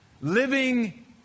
living